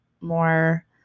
more